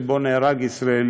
שבו נהרג ישראלי,